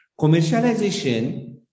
Commercialization